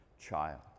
child